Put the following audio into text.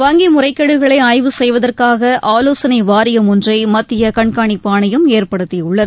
வங்கி முறைகேடுகளை ஆய்வு செய்வதற்காக ஆலோசனை வாரியம் ஒன்றை மத்திய கண்காணிப்பு ஆணையம் ஏற்படுத்தியுள்ளது